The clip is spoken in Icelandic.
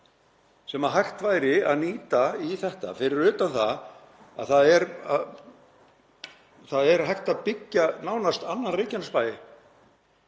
sem hægt væri að nýta í þetta, fyrir utan að það er hægt að byggja nánast annan Reykjanesbæ